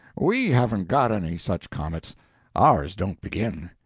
we haven't got any such comets ours don't begin.